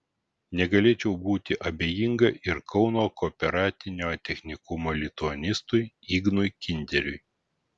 negalėčiau būti abejinga ir kauno kooperatinio technikumo lituanistui ignui kinderiui